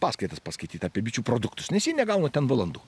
paskaitas paskaityt apie bičių produktus nes jie negauna ten valandų